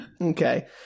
Okay